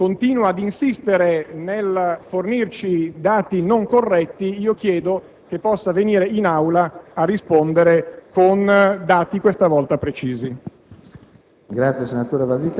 e siccome il Ministro continua invece ad insistere nel fornirci dati non corretti, chiedo che possa venire in Aula a rispondere con dati questa volta precisi.